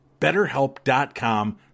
Betterhelp.com